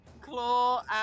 claw